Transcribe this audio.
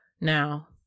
now